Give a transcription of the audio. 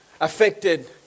affected